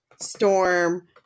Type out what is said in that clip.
Storm